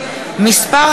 הכנסת.